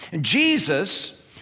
Jesus